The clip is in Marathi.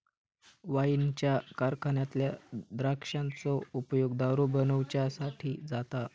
वाईनच्या कारखान्यातल्या द्राक्षांचो उपयोग दारू बनवच्यासाठी जाता